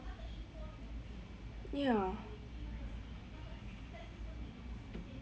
ya